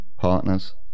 partners